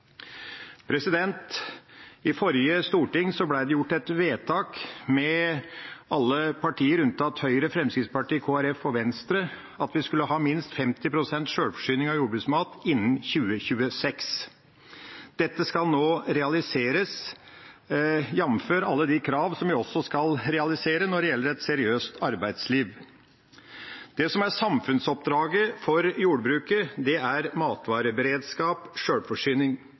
I forrige storting ble det gjort et vedtak med alle partier, unntatt Høyre, Fremskrittspartiet, Kristelig Folkeparti og Venstre, om at vi skulle ha minst 50 pst. sjølforsyning av jordbruksmat innen 2026. Dette skal nå realiseres, jamfør alle de krav vi også skal realisere når det gjelder et seriøst arbeidsliv. Det som er samfunnsoppdraget for jordbruket, er